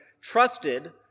trusted